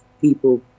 people